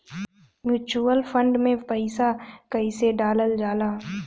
Mutual fund मे पईसा कइसे डालल जाला?